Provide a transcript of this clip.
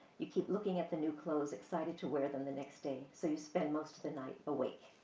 you keep looking at the new clothes, excited to wear them the next day. so, you spend most of the night awake.